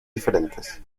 diferentes